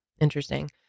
interesting